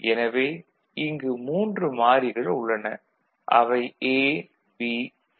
எனவே இங்கு மூன்று மாறிகள் உள்ளன அவை A B C